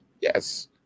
Yes